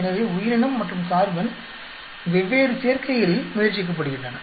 எனவே உயிரினம் மற்றும் கார்பன் வெவ்வேறு சேர்க்கைகளில் முயற்சிக்கப்படுகின்றன